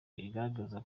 igaragaza